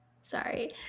Sorry